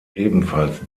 ebenfalls